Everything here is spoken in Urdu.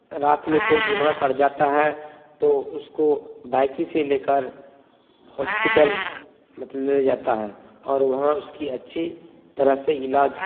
رات میں کوئی بیمار پڑ جاتا ہے تو اس کو بائک ہی سے لے کر ہاسپیٹل مطلب لے جاتا ہے اور وہاں اس کی اچھی طرح سے علاج